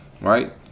Right